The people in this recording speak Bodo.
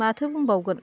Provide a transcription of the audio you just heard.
माथो बुंबावगोन